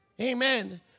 Amen